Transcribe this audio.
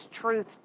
truth